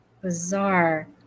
bizarre